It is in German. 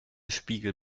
spiegel